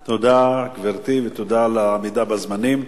תודה, גברתי, ותודה על העמידה בזמנים.